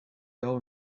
wel